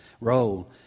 roll